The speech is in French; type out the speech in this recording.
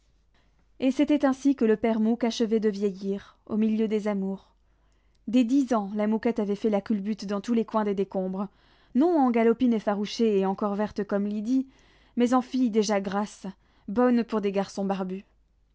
et c'était ainsi que le père mouque achevait de vieillir au milieu des amours dès dix ans la mouquette avait fait la culbute dans tous les coins des décombres non en galopine effarouchée et encore verte comme lydie mais en fille déjà grasse bonne pour des garçons barbus